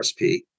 RSP